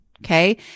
Okay